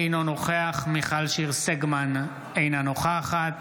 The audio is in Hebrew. אינו נוכח מיכל שיר סגמן, אינה נוכחת